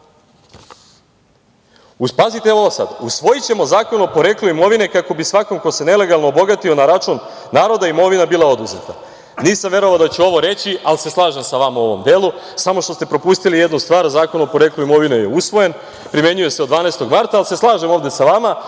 poslom. Pazite ovo sad – usvojićemo zakon o poreklu imovine kako bi svakom ko se nelegalno obogatio na račun naroda imovina bila oduzeta. Nisam verovao da ću ovo reći, ali se slažem sa vama u ovom delu. Propustili ste jednu stvar – Zakon o poreklu imovine je usvojen, primenjuje se od 12. marta, ali se slažem ovde sa vama.